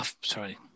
Sorry